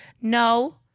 No